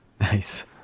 nice